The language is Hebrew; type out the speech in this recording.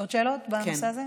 עוד שאלות בנושא הזה?